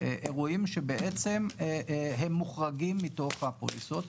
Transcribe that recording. אירועים שבעצם הם מוחרגים מתוך הפוליסות.